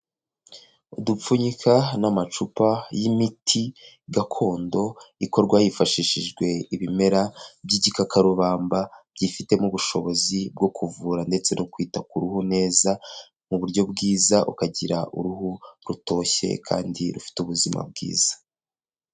Udupfunyika n'amacupa y'imiti gakondo, ikorwa hifashishijwe ibimera by'igikakarubamba, byifitemo ubushobozi bwo kuvura ndetse no kwita ku ruhu neza mu buryo bwiza ukagira uruhu rutoshye kandi rufite ubuzima bwiza.